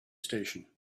station